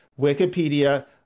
Wikipedia